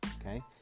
Okay